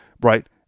right